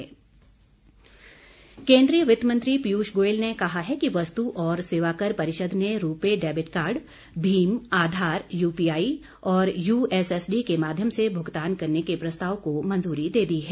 GST केन्द्रीय वित्त मंत्री पीयूष गोयल ने कहा है कि वस्तु और सेवाकर परिषद ने रूपे डेबिट कार्ड भीम आधार यूपीआई और यूएसएसडी के माध्यम से भूगतान करने के प्रस्ताव को मंजूरी दे दी है